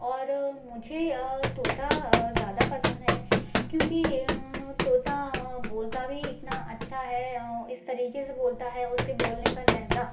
और मुझे तोता ज़्यादा पसंद है क्योंकि तोता बोलता भी इतना अच्छा है इस तरीके से बोलता हैं उसके बोलने का लहज़ा